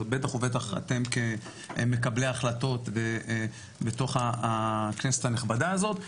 בטח ובטח אתם כמקבלי החלטות בתוך הכנסת הנכבדה הזאת,